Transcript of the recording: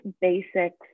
basics